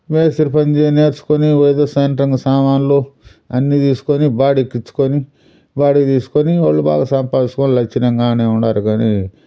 మేస్త్రి పని చే నేర్చుకొని ఏదో సెంట్రింగ్ సామాన్లు అన్ని తీసుకొని బాడీకి ఇచ్చుకొని బాడీకి తీసుకొని వాళ్ళు బాగా వాళ్ళు బాగా సంపాదించుకొని లక్షణంగా ఆడ్నే ఉన్నారు కానీ